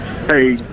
Hey